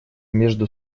между